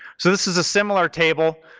so this is a similar table,